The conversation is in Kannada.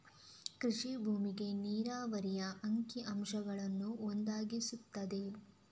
ಕೃಷಿ ಭೂಮಿಗೆ ನೀರಾವರಿಯ ಅಂಕಿ ಅಂಶಗಳನ್ನು ಒದಗಿಸುತ್ತದೆ